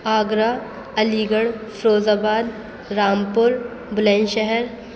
Agra Aligarh Firozabad Rampur بلند شہر